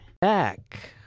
Back